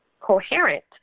coherent